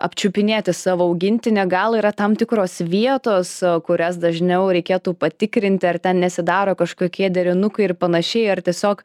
apčiupinėti savo augintinį gal yra tam tikros vietos kurias dažniau reikėtų patikrinti ar ten nesidaro kažkokie derinukai ir panašiai ar tiesiog